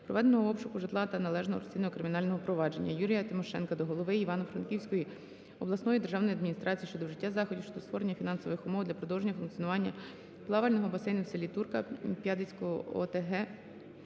проведеного обшуку житла та належного розслідування кримінального провадження. Юрія Тимошенка до голови Івано-Франківської обласної державної адміністрації щодо вжиття заходів до створення фінансових умов для продовження функціонування плавального басейну в селі Турка П'ядицької ОТГ